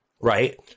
right